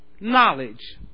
knowledge